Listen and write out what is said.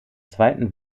zweiten